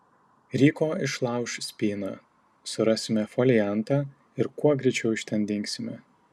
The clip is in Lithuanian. ryko išlauš spyną surasime foliantą ir kuo greičiau iš ten dingsime